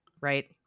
right